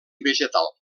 vegetal